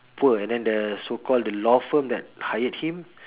poor and then the so called the law firm that hired him